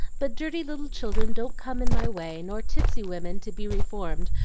but dirty little children don't come in my way, nor tipsy women to be reformed,